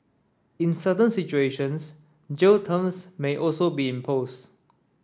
in certain situations jail terms may also be imposed